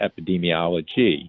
epidemiology